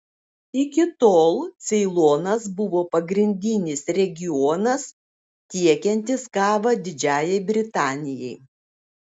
iki tol ceilonas buvo pagrindinis regionas tiekiantis kavą didžiajai britanijai